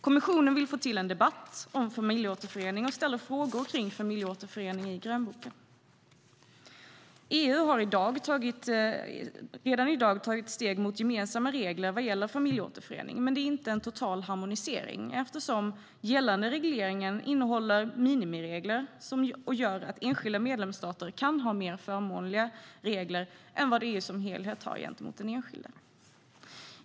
Kommissionen vill få till en debatt om familjeåterförening och ställer frågor om familjeåterförening i grönboken. EU har redan i dag tagit steg mot gemensamma regler vad gäller familjeåterförening, men det är inte en total harmonisering eftersom gällande reglering innehåller minimiregler som innebär att enskilda medlemsstater kan ha mer förmånliga regler än vad EU som helhet har gentemot den enskilde.